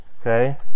Okay